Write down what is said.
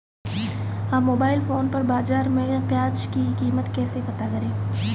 हम mobile phone पर बाज़ार में प्याज़ की कीमत कैसे पता करें?